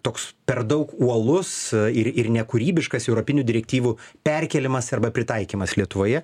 toks per daug uolus ir ir nekūrybiškas europinių direktyvų perkėlimas arba pritaikymas lietuvoje